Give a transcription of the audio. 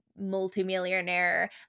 multi-millionaire